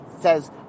says